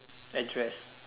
address